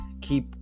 keep